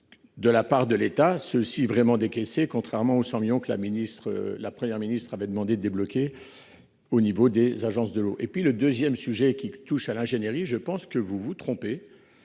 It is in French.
De la part de l'État ce si vraiment décaisser contrairement aux 100 millions que la ministre. La Première ministre avait demandé de débloquer. Au niveau des agences de l'eau et puis le 2ème sujet qui touche à l'ingénierie. Je pense que vous vous trompez